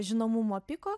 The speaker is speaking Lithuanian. žinomumo piko